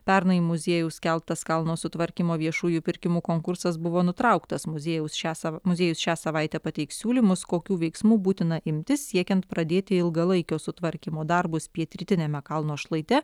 pernai muziejaus skelbtas kalno sutvarkymo viešųjų pirkimų konkursas buvo nutrauktas muziejaus šią sav muziejus šią savaitę pateiks siūlymus kokių veiksmų būtina imtis siekiant pradėti ilgalaikio sutvarkymo darbus pietrytiniame kalno šlaite